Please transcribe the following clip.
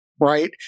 right